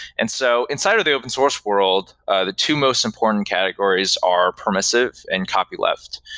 and so inside of the open source world of, the two most important categories are permissive an copyleft.